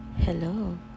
Hello